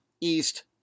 East